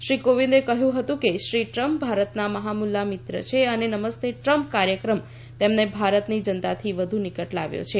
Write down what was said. શ્રી કોવિંદે કહ્યું હતું કે શ્રી ટ્રમ્પ ભારતના મહામુલા મિત્ર છે અને નમસ્તે ટ્રમ્પ કાર્યક્રમ તેમને ભારતની જનતાથી વધુ નિકટ લાવ્યો છે